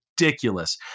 ridiculous